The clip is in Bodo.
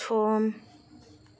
सम